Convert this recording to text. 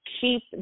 keep